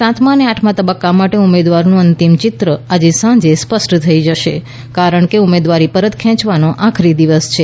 સાતમા અને આઠમા તબક્કા માટે ઉમેદવારનું અંતિમ ચિત્ર આજે સાંજે સ્પષ્ટ થઈ જશે કારણ કે ઉમેદવારી પરત ખેંચવાનો આખરી દિવસ છે